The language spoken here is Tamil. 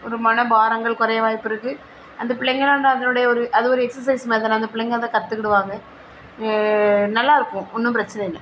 ஒரு மனபாரங்கள் குறைய வாய்ப்புருக்கு அந்த பிள்ளைகளாண்ட அதனுடைய ஒரு அது ஒரு எக்ஸசைஸ் மாதிரி தானே அந்த பிள்ளைங்கள் அதை கற்றுக்குடுவாங்க நல்லா இருக்கும் ஒன்றும் பிரச்சனை இல்லை